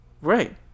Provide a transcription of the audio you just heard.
Right